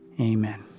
Amen